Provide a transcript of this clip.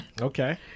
okay